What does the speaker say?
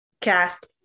cast